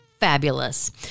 Fabulous